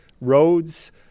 roads